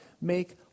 make